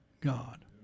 God